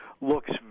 looks